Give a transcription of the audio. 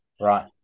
Right